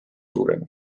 suurem